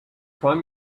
prime